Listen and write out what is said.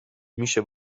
میشه